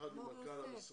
יחד עם מנכ"ל משרד